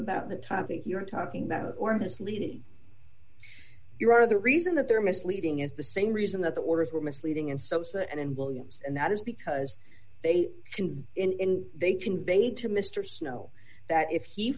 about the topic you're talking about or misleading you are the reason that they're misleading is the same reason that the orders were misleading in sosa and in williams and that is because they can in they conveyed to mr snow that if he